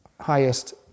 highest